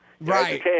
Right